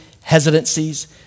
hesitancies